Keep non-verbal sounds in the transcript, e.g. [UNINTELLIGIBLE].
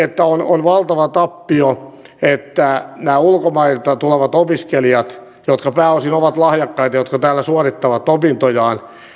[UNINTELLIGIBLE] että on on valtava tappio että nämä ulkomailta tulevat opiskelijat jotka pääosin ovat lahjakkaita jotka täällä suorittavat opintojaan